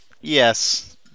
yes